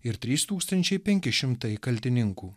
ir trys tūkstančiai penki šimtai kaltininkų